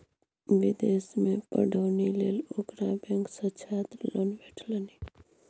विदेशमे पढ़ौनी लेल ओकरा बैंक सँ छात्र लोन भेटलनि